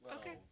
Okay